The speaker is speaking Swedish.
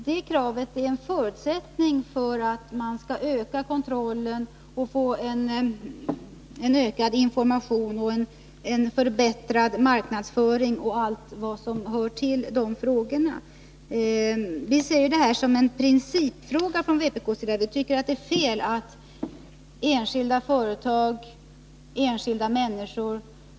Det kravet är en förutsättning för att man skall kunna öka kontrollen, få en ökad information, en förbättrad marknadsföring m.m. Vi ser detta som en principfråga från vpk:s sida. Vi tycker att det är fel att enskilda företag, enskilda människor.